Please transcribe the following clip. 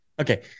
Okay